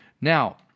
now